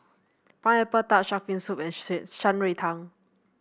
Pineapple Tart shark fin soup and Shan Rui Tang